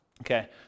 Okay